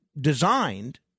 designed